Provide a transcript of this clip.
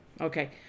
Okay